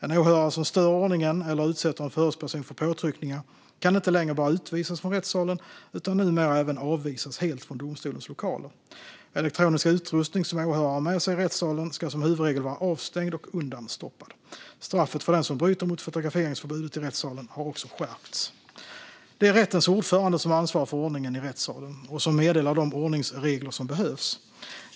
En åhörare som stör ordningen eller utsätter en förhörsperson för påtryckningar kan inte längre bara utvisas från rättssalen utan numera även avvisas helt från domstolens lokaler. Elektronisk utrustning som åhörare har med sig i rättssalen ska som huvudregel vara avstängd och undanstoppad. Straffet för den som bryter mot fotograferingsförbudet i rättssalen har också skärpts. Det är rättens ordförande som ansvarar för ordningen i rättssalen och som meddelar de ordningsregler som behövs.